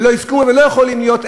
ולא יזכו ולא יכולים להיות,